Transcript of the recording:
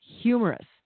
humorous